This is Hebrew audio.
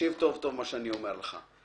תקשיב טוב טוב מה שאני אומר לך.